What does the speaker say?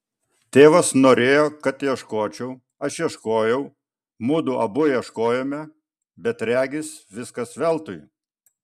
tėvas norėjo kad ieškočiau aš ieškojau mudu abu ieškojome bet regis viskas veltui